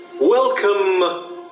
Welcome